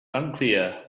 unclear